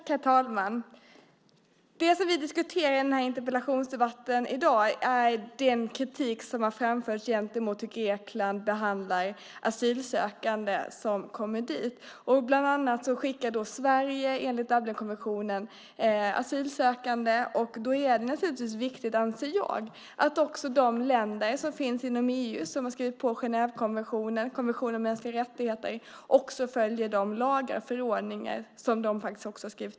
Herr talman! Det vi diskuterar i interpellationsdebatten i dag är den kritik som har framförts gentemot hur Grekland behandlar asylsökande som kommer dit. Bland andra Sverige skickar enligt Dublinkonventionen asylsökande till Grekland. Då är det viktigt, anser jag, att också de länder som finns inom EU och som har skrivit på Genèvekonventionen och konventionen om mänskliga rättigheter följer dessa lagar och förordningar.